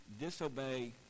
disobey